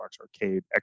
arcade